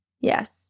Yes